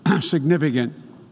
significant